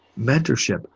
mentorship